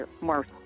more